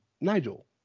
Nigel